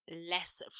less